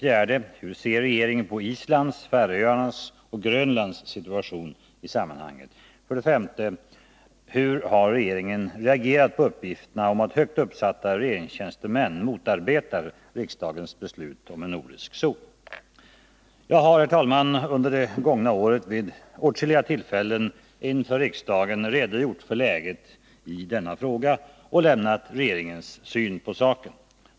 Hur ser regeringen på Islands, Färöarnas och Grönlands situation i sammanhanget? 5. Hur har regeringen reagerat på uppgifterna om att högt uppsatta regeringstjänstemän motarbetar riksdagens beslut om en nordisk zon? Jag har under det gångna året vid flera tillfällen inför riksdagen redogjort för läget i denna fråga och lämnat regeringens syn på saken.